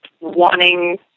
wanting